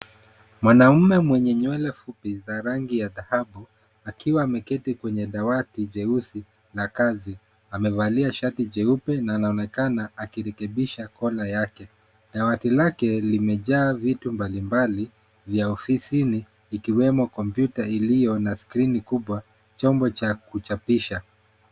Mwanamume mwenye nywele fupi za rangi ya dhahabu akiwa ameketi kwenye dawati jeusi la kazi amevalia shati jeupe na anaonekana akirekebisha kola yake. Dawati lake limejaa vitu mbalimbali vya ofisini ikiwemo kompyuta iliyo na skrini kubwa chombo cha kuchapisha.